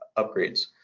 upgrades,